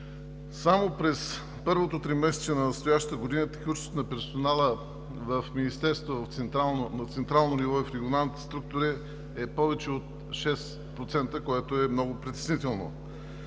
Само през първото тримесечие на настоящата година текучеството на персонала в Министерството на централно ниво и в регионалните структури е повече от 6%, което е много притеснително.